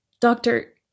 doctor